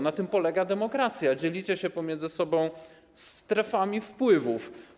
Na tym polega demokracja, dzielicie się pomiędzy sobą strefami wpływów.